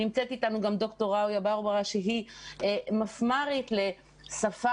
נמצאת איתנו ד"ר ראויה בורבארה שהיא מפמ"רית לשפה